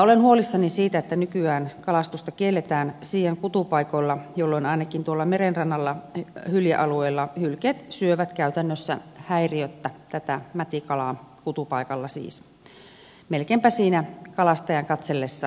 olen huolissani siitä että nykyään kalastusta kielletään siian kutupaikoilla jolloin ainakin tuolla meren rannalla hyljealueilla hylkeet syövät käytännössä häiriöttä tätä mätikalaa kutupaikalla siis melkeinpä siinä kalastajan katsellessa rannalla